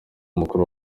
umukuru